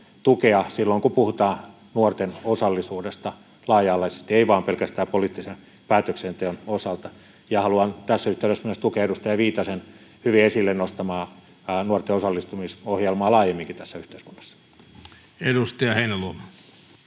silloin kun puhutaan nuorten osallisuudesta — laaja-alaisesti, ei vain pelkästään poliittisen päätöksenteon osalta. Haluan tässä yhteydessä myös tukea edustaja Viitasen hyvin esille nostamaa nuorten osallistumisohjelmaa, sitä, että he osallistuisivat